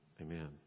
amen